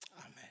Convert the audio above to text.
amen